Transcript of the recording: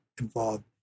involved